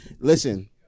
Listen